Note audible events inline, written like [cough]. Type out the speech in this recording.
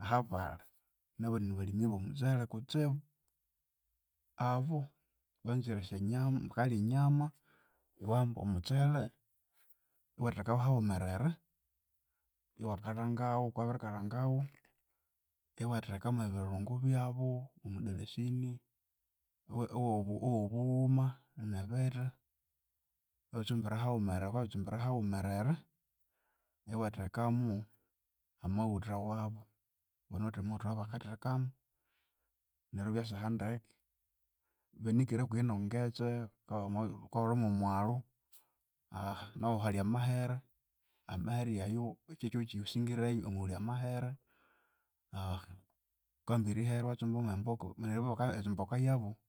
Ahabali nabu nibalimi bomutsele kutsibu, abu banzire esyanyama bakalya enyama, iwahamba omutsele iwatheka wo hawumerere iwakalhangawu, wabirikalhangawu, iwatheka mwebirungu byabu omudalasini owo- owobuwuma, nebitha, iwatsumbira hawumerere, wukabya wabitsumbira hawumerere, iwathekamu amawutha wabu, banawithe amawutha awabakathekamu neryu ibya siha ndeke. Banikere hakuhi ne ngetse kahulamo kahulamomwalhu [hesitation] nahu hali amahere, amahere ayu kyekyihugho ekyisingireyo omwighulya amahere [hesitation] wukanza erihere iwatsumba mwemboka ibo baka emboka yabu